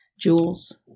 jewels